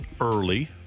early